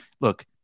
Look